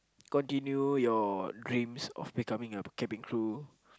continue your dreams of becoming a cabin crew